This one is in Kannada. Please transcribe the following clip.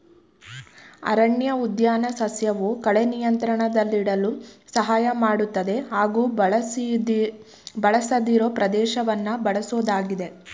ಅರಣ್ಯಉದ್ಯಾನ ಸಸ್ಯವು ಕಳೆ ನಿಯಂತ್ರಣದಲ್ಲಿಡಲು ಸಹಾಯ ಮಾಡ್ತದೆ ಹಾಗೂ ಬಳಸದಿರೋ ಪ್ರದೇಶವನ್ನ ಬಳಸೋದಾಗಿದೆ